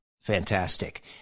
Fantastic